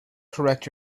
correct